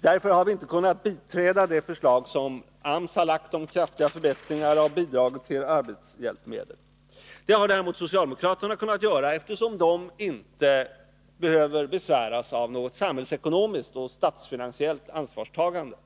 Därför har vi inte kunnat biträda det förslag som AMS har lagt fram om kraftiga förbättringar av bidraget till arbetshjälpmedel. Det har däremot socialdemokraterna kunnat göra, eftersom de inte behöver besväras av något samhällsekonomiskt och statsfinansiellt ansvarstagande.